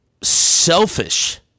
selfish